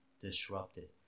disrupted